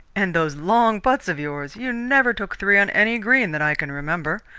and those long putts of yours you never took three on any green that i can remember!